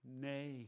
Nay